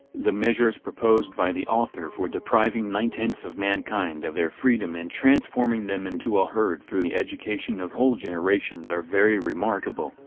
the measures proposed by the author for depriving nine-tenths of mankind of their freedom and transforming them into a herd through the education of whole generations are very remarkable,